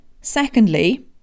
Secondly